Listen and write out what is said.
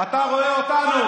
אתה אומר את זה, לא אני אומר לך.